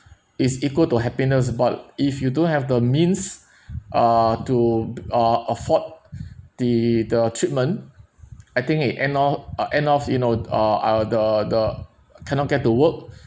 is equal to happiness but if you don't have the means ah to ah afford the the treatment I think it end o~ ugh end off you know uh uh the the cannot get to work